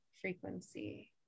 frequency